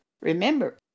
Remember